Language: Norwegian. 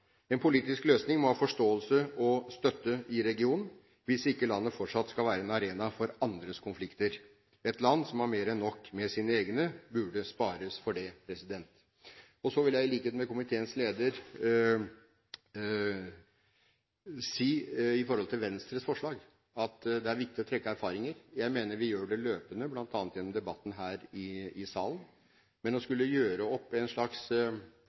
En politisk løsning må ha forståelse og støtte i regionen hvis ikke landet fortsatt skal være en arena for andres konflikter. Et land som har mer enn nok med sine egne, burde spares for det. Når det gjelder Venstres forslag, vil jeg – i likhet med komiteens leder – si at det er viktig å trekke erfaringer. Jeg mener at vi gjør det løpende, bl.a. gjennom debatten her i salen, men det gir feil signal å skulle gjøre opp en slags